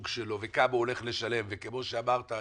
שלו וכמה הוא הולך לשלם וכמו שאמרת,